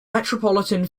metropolitan